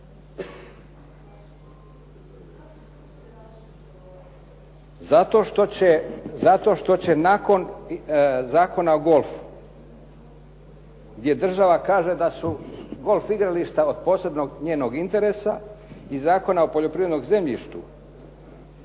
Zato što će nakon Zakona o golfu, gdje država kaže da su golf igrališta od posebnog njenog interesa i Zakona o poljoprivrednom zemljištu